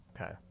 Okay